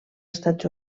estats